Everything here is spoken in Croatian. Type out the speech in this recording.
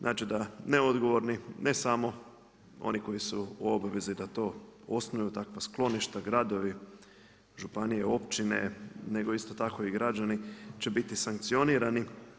Znači da neodgovorni, ne samo, oni koji su u obvezi da to osnuju takva skloništa, gradovi, županije, općine, nego isto tako i građani, će biti sankcionirani.